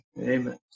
Amen